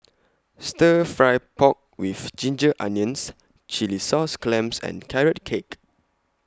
Stir Fry Pork with Ginger Onions Chilli Sauce Clams and Carrot Cake